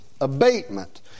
abatement